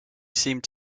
seemed